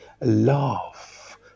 Love